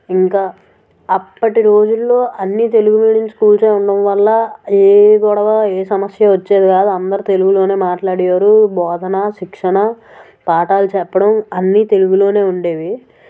ఇంకా అప్పటి రోజుల్లో అన్నీ తెలుగు మీడియం స్కూల్సే ఉండటం వల్ల ఏ గొడవ ఏ సమస్య వచ్చేది కాదు అందరు తెలుగులోనే మాట్లాడేవారు బోధనా శిక్షణా పాఠాలు చెప్పడం అన్నీ తెలుగులోనే ఉండేవి